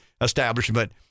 establishment